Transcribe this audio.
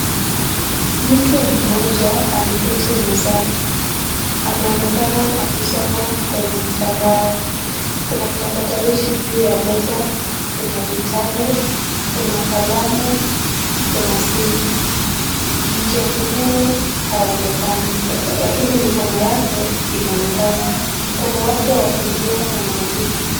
Mtu mmoja ameketi mezani. Anaonekana akisoma kwenye mtandao. Kuna kipakatalishi juu ya meza, kuna vitabu, kuna kalamu, kuna simu. Mja mwenyewe haonekani, lakini mikono yake inaonekana. Mkono wake wakulia unaandika.